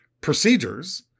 procedures